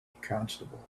constable